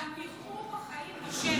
הם גם נראו בחיים בשבי.